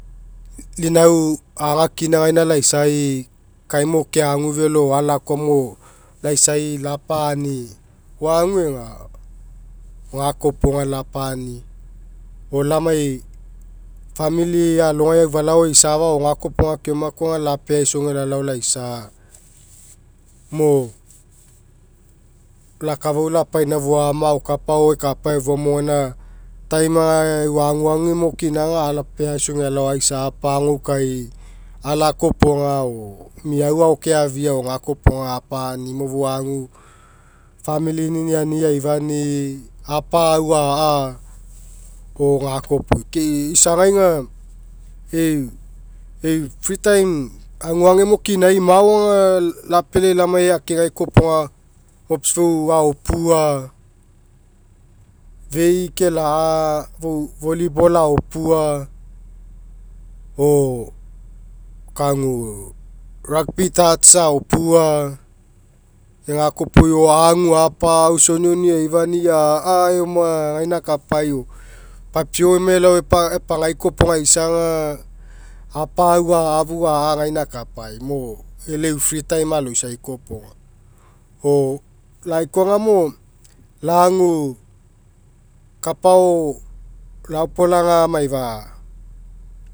Lau inau aga akina aga aisai kaimo keagu felo o alakoa no laisai lapa'ani oaguega gakoa io poga lapa'ani lanai famili alogai aufalao eisafa o gakoa iopoga keoma koaga lapea aisoge lalao laisai mo la akafau lapaina foama o kapao ekapa mo efua mo gaina time aga eu aguageme kina aga apeaoisoge alao aisa apagoukai alakea iopoga o meau ao keafia o gakoa iopoga apa'ani mo fou agu famili niniani aifoni'i apa'au a'a o gahoc iopoi. Ke isagai aga eu eu- free time eu aguagemo kimi